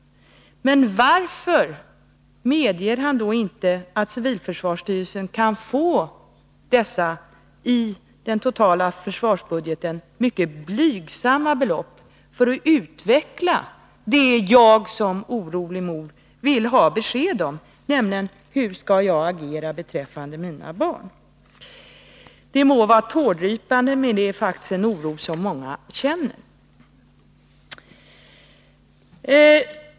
Men varför medger han då inte att civilförsvarsstyrelsen får dessa i den totala försvarsbudgeten mycket blygsamma belopp för att utveckla vad jag såsom orolig mor vill ha besked om, nämligen hur jag skall agera beträffande mina barn? Det må vara tårdrypande, men det är faktiskt en oro som många känner.